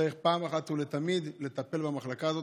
צריך פעם אחת ולתמיד לטפל במחלקה הזאת.